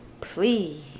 please